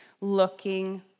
looking